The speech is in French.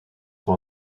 sur